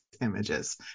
images